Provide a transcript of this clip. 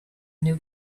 new